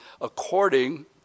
according